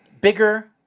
bigger